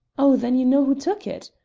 oh, then you know who took it!